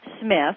Smith